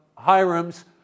Hiram's